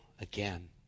again